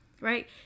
right